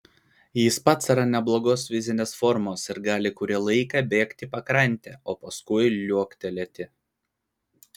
jis pats yra neblogos fizinės formos ir gali kurį laiką bėgti pakrante o paskui liuoktelėti